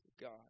God